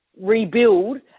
rebuild